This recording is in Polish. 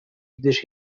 gdyż